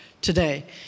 today